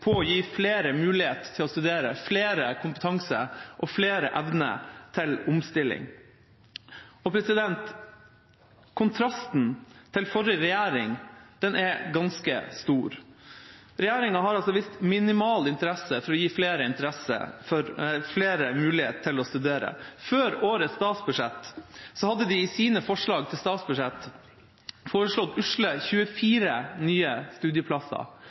å gi flere mulighet til å studere, gi flere kompetanse og flere mulighet til omstilling. Kontrasten til forrige regjering er ganske stor. Regjeringa har vist minimal interesse for å gi flere mulighet til å studere. Før årets statsbudsjett hadde de i sitt forslag til statsbudsjett foreslått usle 24 nye studieplasser.